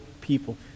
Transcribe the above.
people